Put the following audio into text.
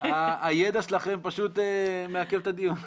הידע שלכם מעכב את הדיון.